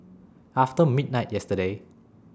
after midnight yesterday